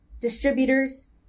distributors